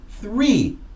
three